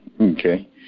Okay